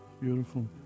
Beautiful